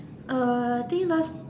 uh I think last